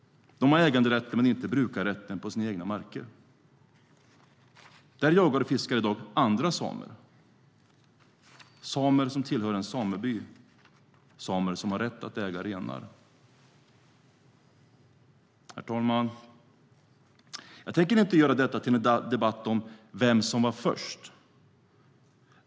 De har äganderätten men inte brukarrätten till sina egna marker. Där jagar och fiskar i dag andra samer, samer som tillhör en sameby, samer som har rätt att äga renar. Herr talman! Jag tänker inte göra detta till en debatt om vem som var först.